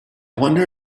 wonder